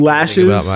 Lashes